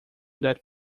that